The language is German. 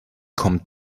kommt